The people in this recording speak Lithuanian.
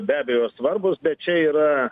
be abejo svarbūs bet čia yra